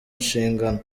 nshingano